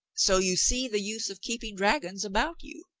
so you see the use of keeping dragons about you.